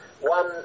one